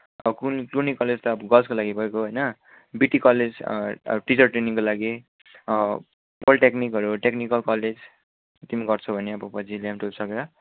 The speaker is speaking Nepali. अब कुन कुनै कलेज त गर्ल्सको लागि भएको होइन बिटी कलेज टिचर ट्रेनिङको लागि पोलिटेकनिकहरू टोकनिकल कलेज तिमी गर्छौ भने अब